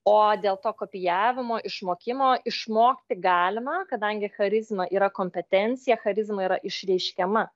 o dėl to kopijavimo išmokimo išmokti galima kadangi charizma yra kompetencija charizma yra išreiškiama